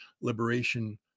Liberation